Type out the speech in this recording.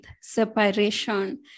separation